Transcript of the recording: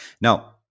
Now